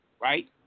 right